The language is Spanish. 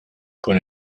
con